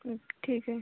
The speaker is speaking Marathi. हं ठीक आहे